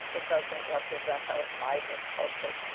it doesn't represent a vibrant culture.